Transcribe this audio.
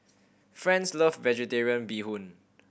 Franz love Vegetarian Bee Hoon